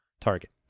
target